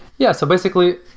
yeah, so basically,